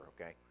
okay